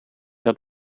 dat